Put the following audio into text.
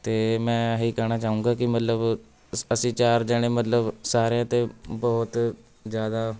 ਅਤੇ ਮੈਂ ਆਹੀ ਕਹਿਣਾ ਚਾਹੂੰਗਾ ਕਿ ਮਤਲਬ ਅਸ ਅਸੀਂ ਚਾਰ ਜਾਣੇ ਮਤਲਬ ਸਾਰੇ ਅਤੇ ਬਹੁਤ ਜ਼ਿਆਦਾ